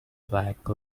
black